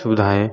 सुविधाएँ